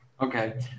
Okay